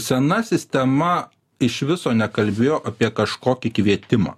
sena sistema iš viso nekalbėjo apie kažkokį kvietimą